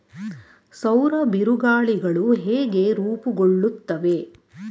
ಸೌರ ಬಿರುಗಾಳಿಗಳು ಹೇಗೆ ರೂಪುಗೊಳ್ಳುತ್ತವೆ?